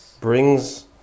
brings